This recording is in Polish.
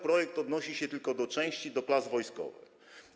Projekt odnosi się tylko do części, do klas wojskowych.